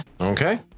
Okay